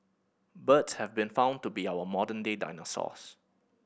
birds have been found to be our modern day dinosaurs